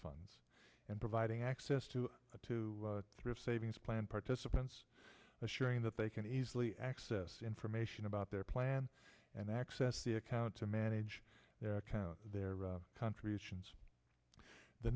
funds and providing access to a to thrift savings plan participants assuring that they can easily access information about their plan and access the account to manage their account their contributions the